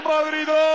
Madrid